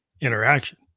interaction